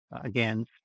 again